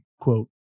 quote